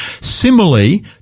Similarly